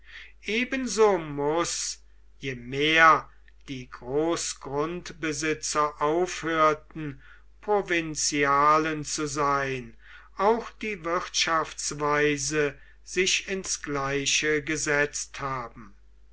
ebenso muß je mehr die großgrundbesitzer aufhörten provinzialen zu sein auch die wirtschaftsweise sich ins gleiche gesetzt haben